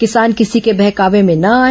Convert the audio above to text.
किसान किसी के बहकावे में न आए